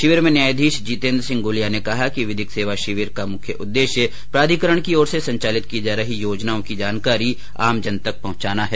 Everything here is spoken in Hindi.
शिविर में न्यायाधीश जितेन्द्र सिंह गुलिया ने कहा कि विधिक सेवा शिविर का मुख्य उद्देश्य प्राधिकरण की ओर से संचालित की जा रही योजनाओं की जानकारी आमजन तक पहुंचाना है